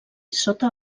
sota